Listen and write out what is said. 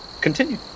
Continue